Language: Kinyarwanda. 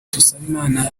dusabimana